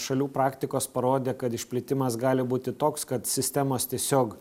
šalių praktikos parodė kad išplitimas gali būti toks kad sistemos tiesiog